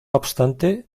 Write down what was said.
obstante